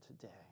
today